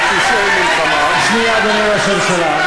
בפשעי מלחמה, שנייה, אדוני ראש הממשלה.